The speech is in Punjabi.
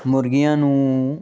ਮੁਰਗੀਆਂ ਨੂੰ